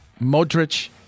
Modric